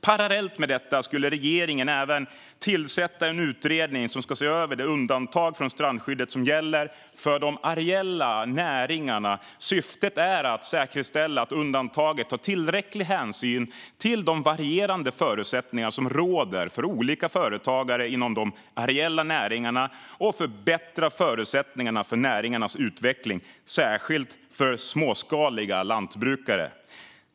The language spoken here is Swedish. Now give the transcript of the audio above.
Parallellt med detta skulle regeringen även tillsätta en utredning som ska se över det undantag från strandskyddet som gäller för de areella näringarna. Syftet är att säkerställa att undantaget tar tillräcklig hänsyn till de varierande förutsättningar som råder för olika företagare inom de areella näringarna och förbättra förutsättningarna för näringarnas utveckling, särskilt för småskaliga lantbrukare.